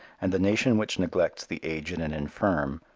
and the nation which neglects the aged and infirm,